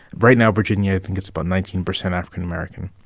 right now virginia, i think, is about nineteen percent african-american,